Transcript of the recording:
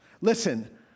Listen